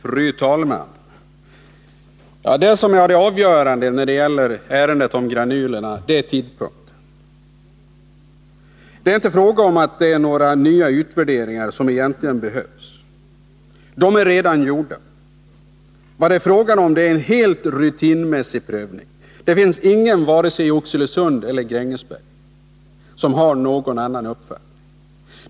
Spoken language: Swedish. Fru talman! Det som är avgörande när det gäller ärendet om granulerna är tidpunkten. Det är inte fråga om att några nya utvärderingar egentligen behövs — utvärderingarna är redan gjorda. Vad det är fråga om är en helt rutinmässig prövning. Det finns ingen, vare sig i Oxelösund eller Grängesberg, som har någon annan uppfattning.